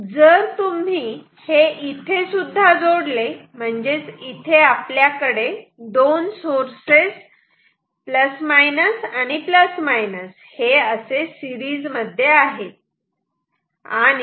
जर तुम्ही हे इथे सुद्धा जोडले म्हणजेच इथे आपल्याकडे दोन सोर्सेस प्लस मायनस आणि प्लस मायनस असे सिरीज मध्ये आहे